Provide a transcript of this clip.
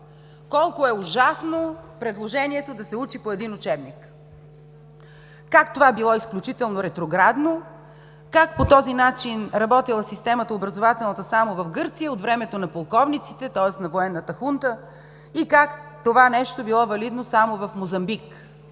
колко е ужасно предложението да се учи по един учебник, как това било изключително ретроградно, как по този начин работила образователната система само в Гърция – от времето на полковниците, тоест на военната хунта, как това нещо било валидно само в Мозамбик,